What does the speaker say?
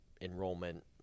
enrollment